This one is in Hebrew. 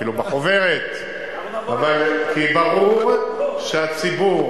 אפילו בחוברת ------- כי ברור שהציבור